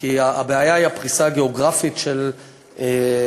כי הבעיה היא הפריסה הגיאוגרפית של הערבים,